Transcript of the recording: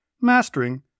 mastering